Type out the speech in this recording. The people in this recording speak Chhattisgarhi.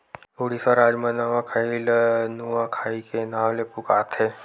उड़ीसा राज म नवाखाई ल नुआखाई के नाव ले पुकारथे